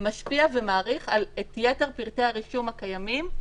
משפיע ומאריך את יתר פרטי הרישום הקיימים,